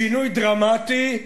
לשינוי דרמטי.